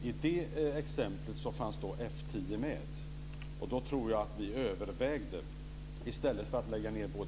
I detta exempel fanns F 10 med, och då tror jag att vi i det läget övervägde att i stället för att lägga ned både